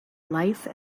life